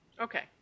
Okay